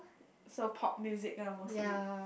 so pop music lah mostly